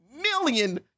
million